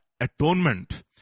Atonement